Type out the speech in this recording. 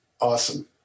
awesome